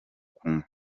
kunywa